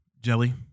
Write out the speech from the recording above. jelly